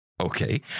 Okay